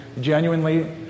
genuinely